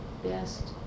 best